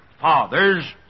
Fathers